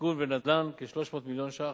שיכון ונדל"ן, כ-300 מיליון ש"ח,